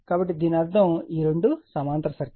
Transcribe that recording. కాబట్టి దీని అర్థం ఈ రెండు సమాంతర సర్క్యూట్